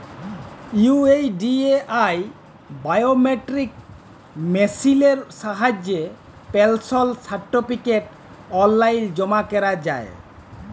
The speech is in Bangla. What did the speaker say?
ইউ.এই.ডি.এ.আই বায়োমেট্রিক মেসিলের সাহায্যে পেলশল সার্টিফিকেট অললাইল জমা ক্যরা যায়